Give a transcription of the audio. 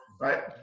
right